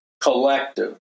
collective